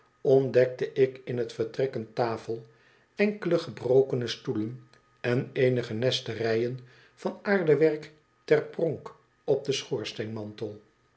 ontdekte ik in het vertrek een tafel enkele gebrokene stoelen en eenige nesterijen van aardewerk ter pronk op den